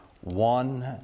one